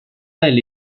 del